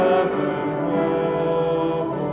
evermore